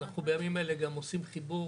אנחנו בימים אלה גם עושים חיבור